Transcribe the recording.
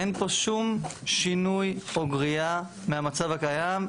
אין פה שום שינוי או גריעה מהמצב הקיים,